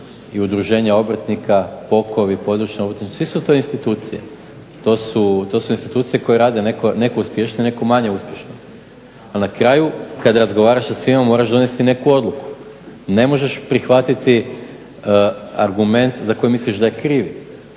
i udruženja obrtnika, …, sve su to institucije, to su institucije koje rade neko uspješnije, neko manje uspješno, ali na kraju kad razgovaraš sa svima moraš donijeti neku odluku. Ne možeš prihvatiti argument za koji misliš da je krivi.